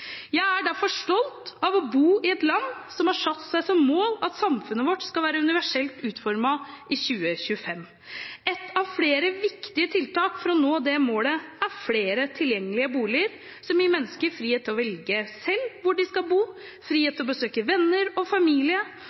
Jeg er derfor stolt av å bo i et land som har satt seg som mål at samfunnet vårt skal være universelt utformet i 2025. Et av flere viktige tiltak for å nå det målet er flere tilgjengelige boliger som gir mennesker frihet til å velge selv hvor de skal bo, frihet til å besøke venner og familie,